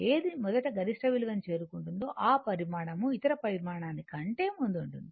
ఏది మొదట గరిష్ట విలువను చేరుతుందో ఆ పరిమాణం ఇతర పరిమాణాని కంటే ముందుంటుంది